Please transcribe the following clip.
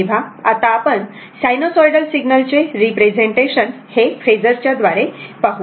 तेव्हा आता आपण सायनोसॉइडल सिग्नल चे रिप्रेझेंटेशन हे फेजर च्या द्वारे पाहू